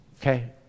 Okay